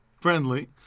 friendly